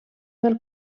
del